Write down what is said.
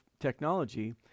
technology